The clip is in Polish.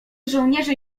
żołnierzy